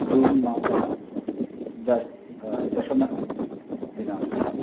जून् मासः द दशमदिनाङ्कः